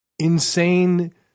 insane